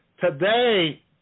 Today